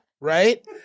Right